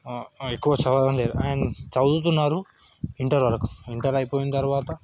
ఎక్కువ చదవడం లేదు అండ్ చదువుతున్నారు ఇంటర్ వరకు ఇంటర్ అయిపోయిన తర్వాత